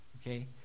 okay